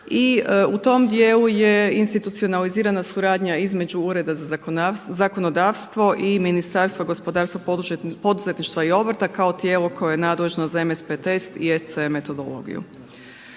u tom dijelu je institucionalizirana suradnja između Ureda za zakonodavstvo i Ministarstva gospodarstva, poduzetništva i obrta kao tijelo koje je nadležno za MSP test i SCM metodologiju.